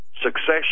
succession